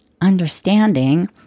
understanding